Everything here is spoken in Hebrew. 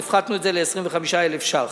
הפחתנו את זה ל-25,000 ש"ח.